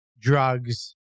drugs